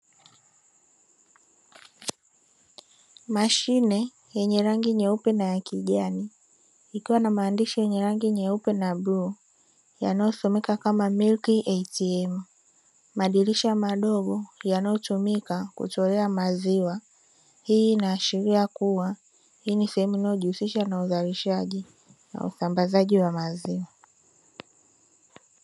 Mashine yenye rangi nyeupe na ya kijani ikiwa na maandishi yenye rangi nyeupe na bluu yanayosomeka kama "Milk Atm". Madirisha madogo yanayotumika kutolea maziwa; hii inaashiria kuwa hii ni sehemu inayojihusisha na uzalishaji na usambazaji wa maziwa.